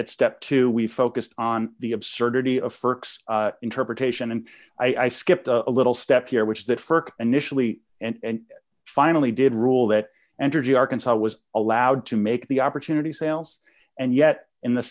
at step two we focused on the absurdity of st interpretation and i skipped a little step here which is that st initial e and finally did rule that entergy arkansas was allowed to make the opportunity sales and yet in the